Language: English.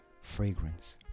fragrance